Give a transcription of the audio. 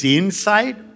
inside